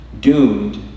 doomed